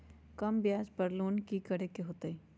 कम ब्याज पर लोन की करे के होतई?